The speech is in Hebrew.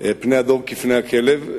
פני הדור כפני הכלב,